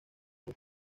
por